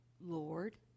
Lord